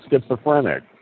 schizophrenic